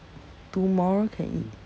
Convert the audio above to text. tomorrow can eat